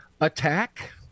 attack